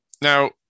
Now